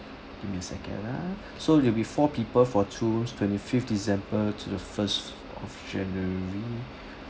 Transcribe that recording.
give me a second ah so it'll be four people for two rooms twenty fifth december to the first of january